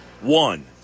One